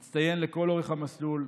הוא הצטיין לכל אורך המסלול,